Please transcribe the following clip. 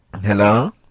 Hello